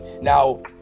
now